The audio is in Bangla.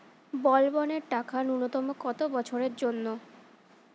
বলবনের টাকা ন্যূনতম কত বছরের জন্য?